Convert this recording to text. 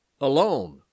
alone